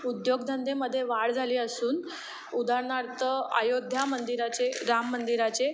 उद्योगधंद्यांमध्ये वाढ झाली असून उदाहरणार्थ अयोध्या मंदिराचे राम मंदिराचे